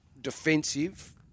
defensive